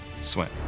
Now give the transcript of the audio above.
Swim